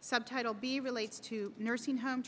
subtitle b relate to nursing home